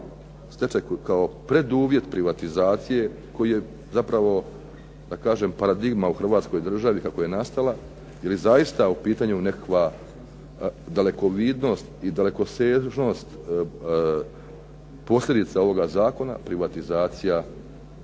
stečaj kao preduvjet privatizacije koji je zapravo da kažem paradigma u Hrvatskoj državi kako je nastala ili zaista u pitanju nekakva dalekovidnost i dalekosežnost posljedica ovoga zakona privatizacija